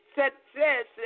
success